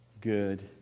good